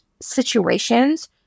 situations